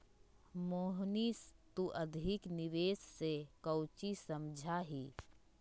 मोहनीश तू अधिक निवेश से काउची समझा ही?